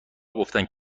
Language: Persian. گفتند